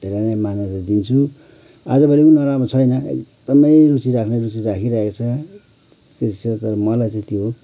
धेरै नै मान्यता दिन्छु आज भोलीको पनि नराम्रो छैन एकदमै रुचि राख्ने रुचि राखिराखेको छ त्यस्तो छ तर मलाई चाहिँ त्यो